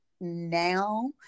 now